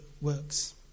works